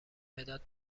مداد